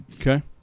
Okay